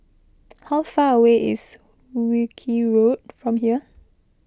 how far away is Wilkie Road from here